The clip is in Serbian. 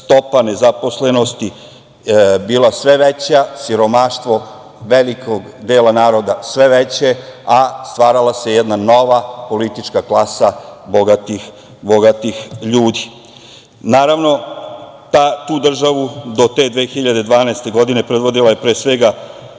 stopa nezaposlenosti bila sve veća, siromaštvo velikog dela naroda sve veće a stvarala se jedna nova politička klasa bogatih ljudi. Naravno, tu državu, do te 2012. godine predvodila je pre svega